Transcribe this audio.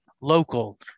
local